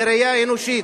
בראייה אנושית